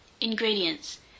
Ingredients